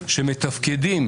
שמתפקדים